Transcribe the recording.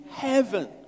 heaven